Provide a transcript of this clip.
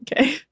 Okay